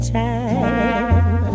time